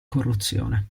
corruzione